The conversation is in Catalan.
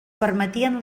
permetien